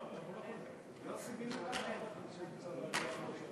כי זה